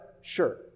Sure